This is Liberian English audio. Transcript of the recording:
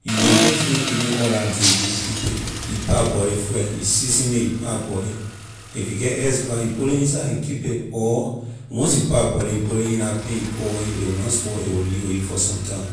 you know you can finish eating all la day you want keep it you parboil ley first you season it you parboil it if you get ice bah you put ley inside and keep it or once you parboil ley you put ley in la pan you cover it a will na spoil a will lee with you for sometime.